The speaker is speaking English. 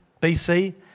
BC